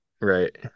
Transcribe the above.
Right